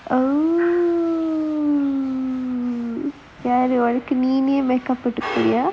oh யாரு உனக்கு நீயே:yaaru unakku neeyae makeup போட்டுக்குவியா:pottukkuviyaa